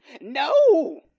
No